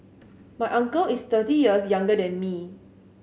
my uncle is thirty years younger than me